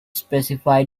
specify